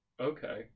Okay